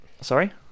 Sorry